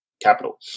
capital